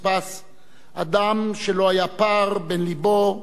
אדם שלא היה פער בין לבו לבין דבריו.